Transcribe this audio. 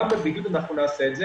גם בבידוד אנחנו נעשה את זה.